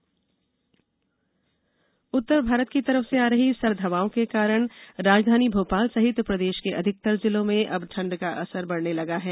मौसम उत्तर भारत की तरफ से आ रही सर्द हवाओं के कारण राजधानी भोपाल सहित प्रदेश के अधिकतर जिलों में अब ठंड का असर बढने लगा है